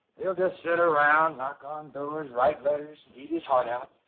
he'll just sit around, knock on doors. write letters, and eat his heart out.